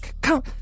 come